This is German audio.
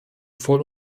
voll